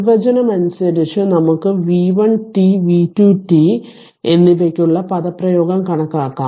നിർവചനം അനുസരിച്ച് നമുക്ക് v1 t v2 t എന്നിവയ്ക്കുള്ള പദപ്രയോഗം കണക്കാക്കാം